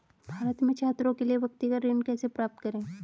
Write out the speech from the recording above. भारत में छात्रों के लिए व्यक्तिगत ऋण कैसे प्राप्त करें?